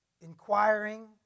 inquiring